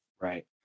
right